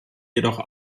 jedoch